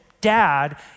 dad